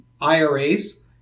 IRAs